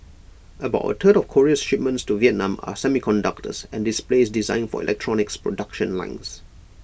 about A third of Korea's shipments to Vietnam are semiconductors and displays destined for electronics production lines